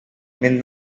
may